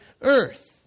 earth